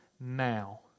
Now